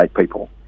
people